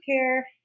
care